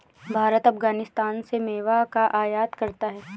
भारत अफगानिस्तान से मेवा का आयात करता है